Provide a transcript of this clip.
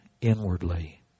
inwardly